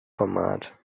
format